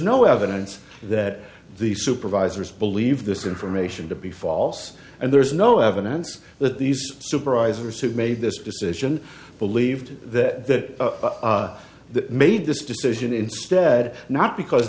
no evidence that the supervisors believe this information to be false and there's no evidence that these supervisors who made this decision believed that that made this decision instead not because